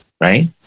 Right